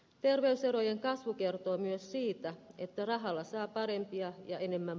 terveyserojen kasvu kertoo myös siitä että rahalla saa parempia ja enemmän